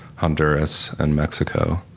honduras, and mexico.